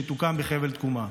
שתוקם בחבל תקומה.